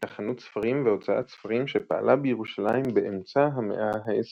הייתה חנות ספרים והוצאת ספרים שפעלה בירושלים באמצע המאה ה-20.